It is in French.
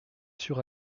sur